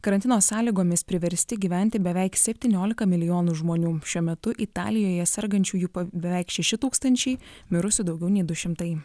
karantino sąlygomis priversti gyventi beveik septyniolika milijonų žmonių šiuo metu italijoje sergančiųjų beveik šeši tūkstančiai mirusių daugiau nei du šimtai